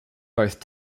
both